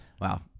Wow